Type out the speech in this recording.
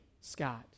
Scott